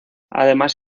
además